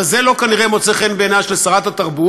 אבל כנראה זה לא מוצא חן בעיניה של שרת התרבות,